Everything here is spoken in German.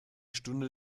stunde